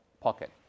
pocket